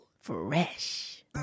Fresh